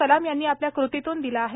कलाम यांनी आपल्या कृतीतून दिला आहे